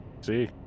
See